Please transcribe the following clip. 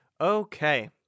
Okay